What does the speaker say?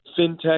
FinTech